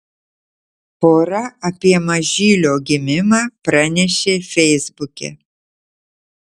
pora apie mažylio gimimą pranešė feisbuke